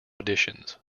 auditions